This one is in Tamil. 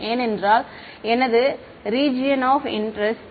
ஏனென்றால் அது எனது ரீஜியன் ஆப் இன்டெர்ஸ்ட்